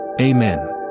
Amen